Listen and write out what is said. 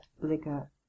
liquor